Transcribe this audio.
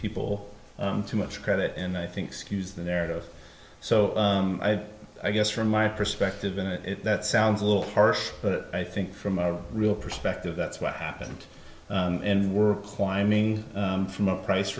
people too much credit and i think skews the narrative so i guess from my perspective and that sounds a little harsh but i think from a real perspective that's what happened and we're climbing from a price